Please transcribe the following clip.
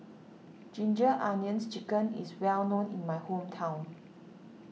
Ginger Onions Chicken is well known in my hometown